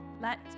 let